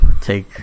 take